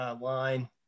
line